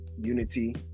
Unity